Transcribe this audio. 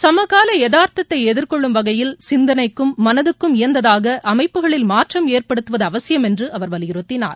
சமகாலஎதா்த்ததைதிா்கொள்ளும் வகையில் சிந்தனைக்கும் மனதுக்கும் இயந்ததாகஅமைப்புகளில் மாற்றம் ஏற்படுத்துவதுஅவசியம் என்றுஅவர் வலியுறுத்தினார்